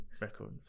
record